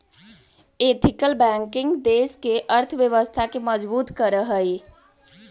ethical banking देश के अर्थव्यवस्था के मजबूत करऽ हइ